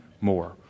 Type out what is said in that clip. more